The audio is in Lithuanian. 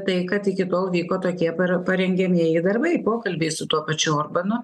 tai kad iki tol vyko tokie para parengiamieji darbai pokalbiai su tuo pačiu orbanu